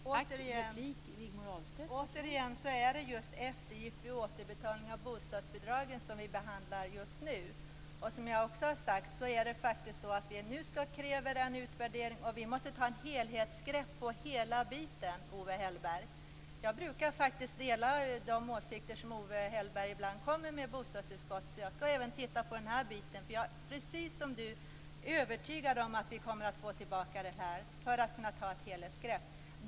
Fru talman! Återigen vill jag säga att det är just eftergift vid återbetalning av bostadsbidragen som vi behandlar just nu. Som jag också har sagt kräver vi nu en utvärdering. Vi måste ta ett helhetsgrepp på detta, Owe Hellberg. Jag brukar faktiskt ibland dela de åsikter som Owe Hellberg framför i bostadsutskottet så jag skall titta även på detta. Precis som Owe Hellberg är jag övertygad om att vi kommer att få tillbaka detta för att kunna ta ett helhetsgrepp.